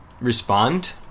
respond